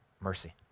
mercy